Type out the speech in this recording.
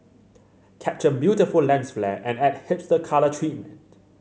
capture beautiful lens flare and add hipster colour treatment